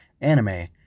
anime